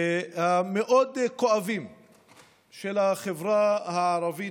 למסגדים, לכנסיות ובתי העלמין.